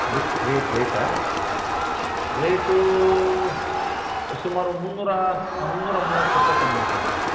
ರೇ ರೇಟ್ ರೇಟಾ ರೇಟೂ ಸುಮಾರು ಮುನ್ನೂರು ಮುನ್ನೂರು ಮೂವತ್ತು ರುಯಾಯಿಗ್ ಒಂದು ಮೀಟ್ರು ನೋಡ್ರಿ ಅದು